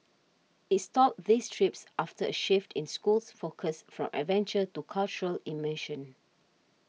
it stopped these trips after a shift in school's focus from adventure to cultural immersion